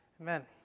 Amen